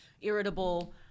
irritable